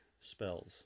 spells